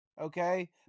okay